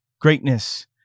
Greatness